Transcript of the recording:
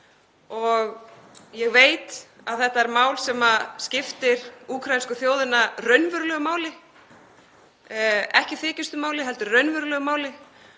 og ég veit að þetta er mál sem skiptir úkraínsku þjóðina raunverulegu máli, ekki í þykjustunni heldur raunverulega og